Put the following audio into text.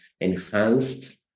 enhanced